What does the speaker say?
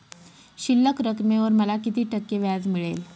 शिल्लक रकमेवर मला किती टक्के व्याज मिळेल?